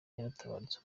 yaratabarutse